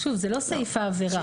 זה לא סעיף העבירה.